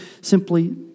simply